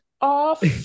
off